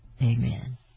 Amen